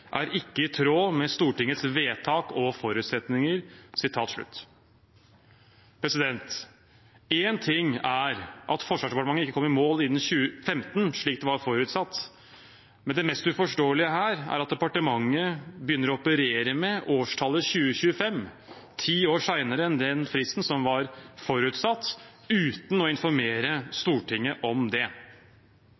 er ikke i tråd med Stortingets vedtak og forutsetninger.» Én ting er at Forsvarsdepartementet ikke kom i mål innen 2015, slik det var forutsatt, men det mest uforståelige her er at departementet begynner å operere med årstallet 2025, ti år senere enn den fristen som var forutsatt, uten å informere